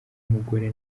umugore